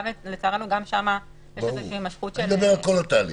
לצערנו גם שם יש איזושהי הימשכות של ההליך.